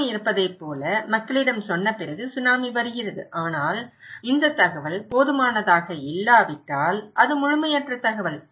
tsunami இருப்பதைப் போல மக்களிடம் சொன்ன பிறகு சுனாமி வருகிறது ஆனால் இந்த தகவல் போதுமானதாக இல்லாவிட்டால் அது முழுமையற்ற தகவல்